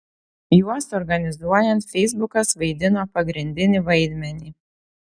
juos organizuojant feisbukas vaidino pagrindinį vaidmenį